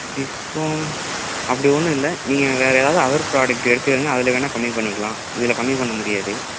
discount அப்படி ஒன்றும் இல்லை நீங்கள் வேறு ஏதாவது அதர் ப்ராடக்ட்டு எடுத்துக்கோங்க அதில் வேணுணா கம்மி பண்ணிக்கலாம் இதில் கம்மி பண்ண முடியாது